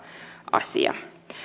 asia